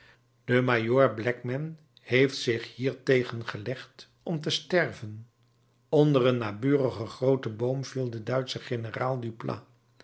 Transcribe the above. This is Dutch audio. de majoor blackman heeft zich hiertegen gelegd om te sterven onder een naburigen grooten boom viel de duitsche generaal duplat